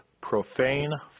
profane